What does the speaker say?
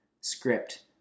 script